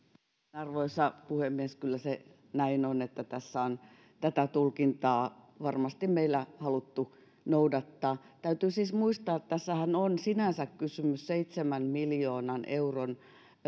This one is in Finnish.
arvoisa puhemies kyllä se näin on että tässä on tätä tulkintaa varmasti meillä haluttu noudattaa täytyy muistaa että tässähän on sinänsä kysymys seitsemän miljoonan euron